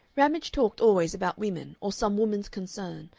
ramage talked always about women or some woman's concern,